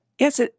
Yes